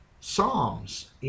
Psalms